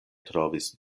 trovis